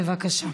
בבקשה.